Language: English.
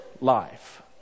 life